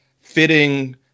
fitting